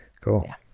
cool